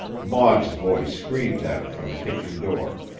maud's voice screamed at her from the kitchen door.